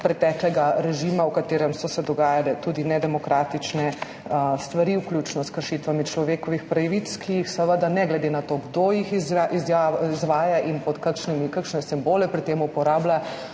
preteklega režima, v katerem so se dogajale tudi nedemokratične stvari, vključno s kršitvami človekovih pravic, ki jih seveda ne glede na to, kdo jih izvaja in kakšne simbole pri tem uporablja,